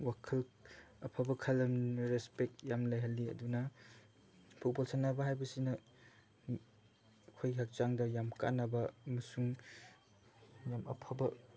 ꯋꯥꯈꯜ ꯑꯐꯕ ꯈꯜꯂꯝꯅꯤꯅ ꯔꯦꯁꯄꯦꯛ ꯌꯥꯝ ꯂꯩꯍꯜꯂꯤ ꯑꯗꯨꯅ ꯐꯨꯠꯕꯣꯜ ꯁꯥꯟꯅꯕ ꯍꯥꯏꯕꯁꯤꯅ ꯑꯩꯈꯣꯏꯒꯤ ꯍꯛꯆꯥꯡꯗ ꯌꯥꯝ ꯀꯥꯟꯅꯕ ꯑꯃꯁꯨꯡ ꯌꯥꯝ ꯑꯐꯕ